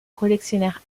collectionneur